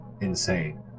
insane